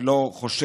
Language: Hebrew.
אני לא חושב